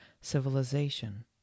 civilization